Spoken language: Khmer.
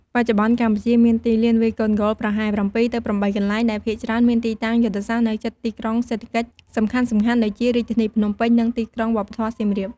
បច្ចុប្បន្នកម្ពុជាមានទីលានវាយកូនហ្គោលប្រហែល ៧ ទៅ ៨ កន្លែង ដែលភាគច្រើនមានទីតាំងយុទ្ធសាស្ត្រនៅជិតទីក្រុងសេដ្ឋកិច្ចសំខាន់ៗដូចជា រាជធានីភ្នំពេញ និងទីក្រុងវប្បធម៌សៀមរាប។